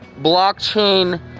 blockchain